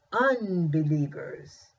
unbelievers